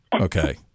Okay